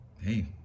hey